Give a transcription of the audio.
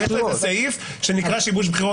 יש סעיף שנקרא "שיבוש בחירות",